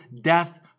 death